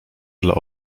dla